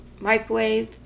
microwave